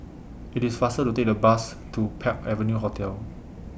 IT IS faster to Take The Bus to Park Avenue Hotel